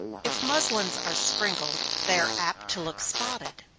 if muslins are sprinkled, they are apt to look spotted.